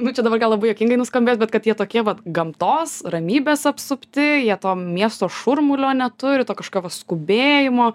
nu čia dabar labai juokingai nuskambės bet kad jie tokie vat gamtos ramybės apsupti jie to miesto šurmulio neturi to kažkokio vat skubėjimo